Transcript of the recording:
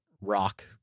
rock